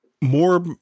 more